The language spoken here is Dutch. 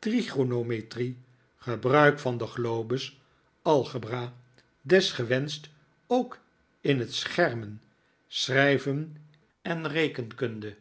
trigonometrie gebruik van de globes algebra desgewenscht ook in het schermen schrijven in rekenkunde